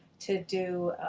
to do